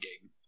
game